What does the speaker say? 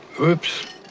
Oops